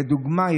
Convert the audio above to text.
לדוגמה,